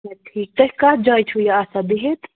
اَچھا ٹھیٖک تُہۍ کَتھ جایہِ چھُو یہِ آسان بِہِتھ